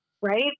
right